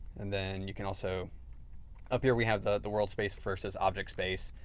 and then you can also up here we have the the world space versus object space.